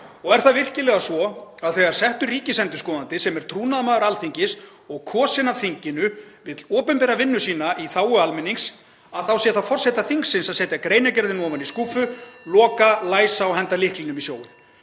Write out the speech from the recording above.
Er það virkilega svo að þegar settur ríkisendurskoðandi, sem er trúnaðarmaður Alþingis og kosinn af þinginu, vill opinbera vinnu sína í þágu almennings sé það forseta þingsins að setja greinargerðina ofan í skúffu, (Forseti hringir.) loka, læsa og henda lyklinum í sjóinn?